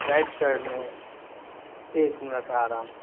right side में एक minute आ रहा हूँ मैं